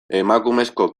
emakumezko